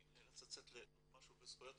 אני נאלץ לצאת לעוד משהו בוועדה לזכויות